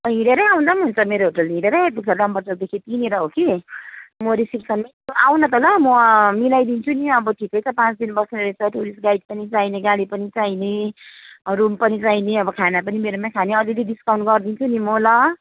हिँडेरै आउँदा पनि हुन्छ मेरो होटल हिँडेरै आइपुग्छ रामबजारदेखि त्यहीँनिर हो कि म रिसिप्सनमै आऊ न त ल म मिलाइदिन्छु नि अब ठिकै छ पाँच दिन बस्ने रहेछौ टुरिस्ट गाइड पनि चाहिने गाडी पनि चाहिने रुम पनि चाहिने अब खाना पनि मेरोमै खाने अलिअलि डिस्काउन्ट गरिदिन्छु नि म ल